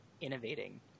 innovating